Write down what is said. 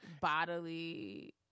bodily